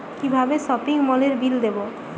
কিভাবে সপিং মলের বিল দেবো?